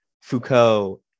Foucault